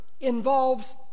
involves